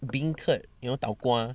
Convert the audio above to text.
beancurd you know tau kwa